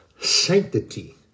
sanctity